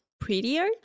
prettier